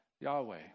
Yahweh